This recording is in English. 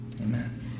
amen